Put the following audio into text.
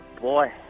boy